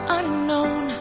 unknown